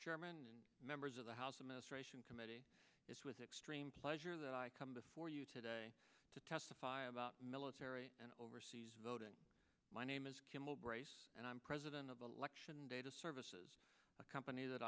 chairman members of the house of ministration committee it's with extreme pleasure that i come before you today to testify about military and overseas voting my name is kimball brace and i'm president of election data services a company that